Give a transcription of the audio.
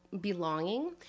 belonging